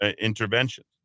interventions